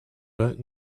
but